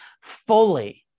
fully